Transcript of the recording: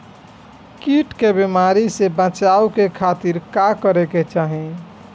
कीट के बीमारी से बचाव के खातिर का करे के चाही?